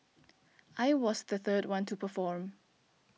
I was the third one to perform